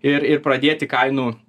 ir ir pradėti kainų